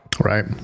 Right